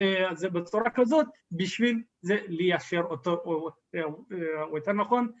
‫אז זה בצורה כזאת, ‫בשביל זה ליישר אותו, או יותר נכון